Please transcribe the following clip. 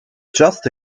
just